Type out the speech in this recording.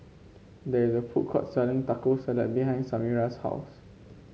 there is a food court selling Taco Salad behind Samira's house